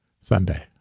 Sunday